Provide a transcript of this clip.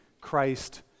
Christ